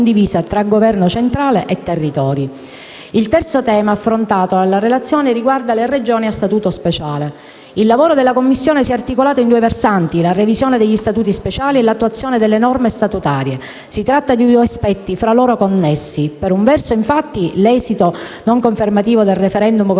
Il terzo tema affrontato dalla relazione riguarda le Regioni a Statuto speciale. Il lavoro della Commissione si è articolato su due versanti: la revisione degli Statuti speciali e l'attuazione delle norme statutarie. Si tratta di due aspetti fra loro connessi: per un verso, infatti, l'esito non confermativo del *referendum* costituzionale